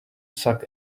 suck